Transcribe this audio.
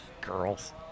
Girls